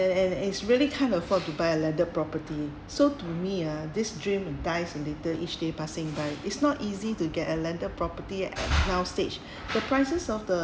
and and it's really can't afford to buy a landed property so to me uh this dream dies little each day passing by it's not easy to get a landed property at now stage the prices of the